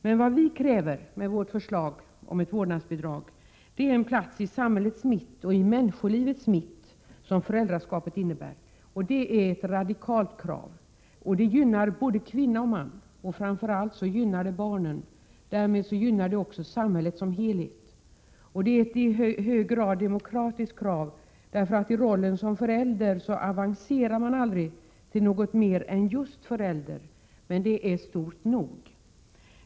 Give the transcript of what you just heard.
Men vad vi kräver är den plats i samhällets och människolivets mitt som föräldraskapet innebär. Det är ett radikalt krav som gynnar både kvinnor och män men framför allt barnen, och därmed gynnar det också samhället som helhet. Det är ett i hög grad demokratiskt krav, därför att i rollen som förälder avancerar man aldrig till något mer än just förälder — men det är stort nog.